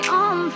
on